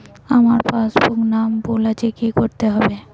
আমার পাসবুকে নাম ভুল আছে কি করতে হবে?